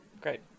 Great